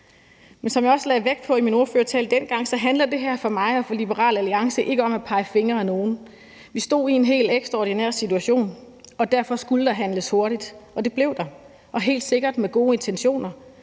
Men som jeg også lagde vægt på i min ordførertale dengang, handler det her for mig og for Liberal Alliance ikke om at pege fingre ad nogen. Vi stod i en helt ekstraordinær situation, og derfor skulle der handles hurtigt, og det blev der, og helt sikkert med gode intentioner.